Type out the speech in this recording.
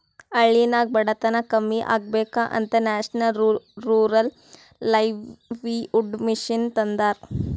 ಹಳ್ಳಿನಾಗ್ ಬಡತನ ಕಮ್ಮಿ ಆಗ್ಬೇಕ ಅಂತ ನ್ಯಾಷನಲ್ ರೂರಲ್ ಲೈವ್ಲಿಹುಡ್ ಮಿಷನ್ ತಂದಾರ